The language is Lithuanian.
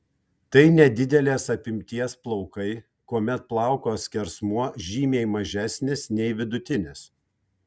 tai nedidelės apimties plaukai kuomet plauko skersmuo žymiai mažesnis nei vidutinis